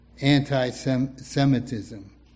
anti-Semitism